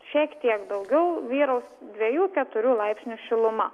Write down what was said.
šiek tiek daugiau vyraus dviejų keturių laipsnių šiluma